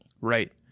Right